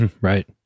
Right